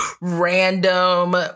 random